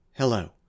Hello